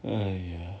!aiya!